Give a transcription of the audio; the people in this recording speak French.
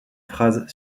phrase